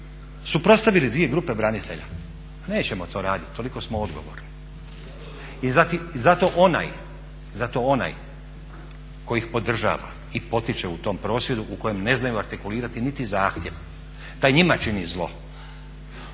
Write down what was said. Suprotstavili dvije grupe branitelja. Nećemo to raditi, toliko smo odgovorni. I zato onaj tko ih podržava i potiče u tom prosvjedu u kojem ne znaju artikulirati niti zahtjev taj njima čini zlo.